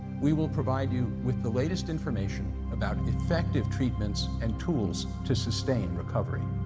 we will provide you with the latest information about effective treatments and tools to sustain recovery.